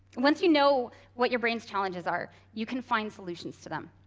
once you know what your brain's challenges are, you can find solutions to them.